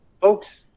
folks